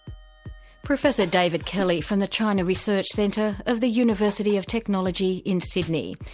professor david kelly, from the china research centre of the university of technology, in sydney.